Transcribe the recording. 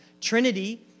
Trinity